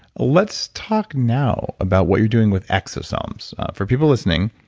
let's talk now about what you're doing with exosomes. for people listening,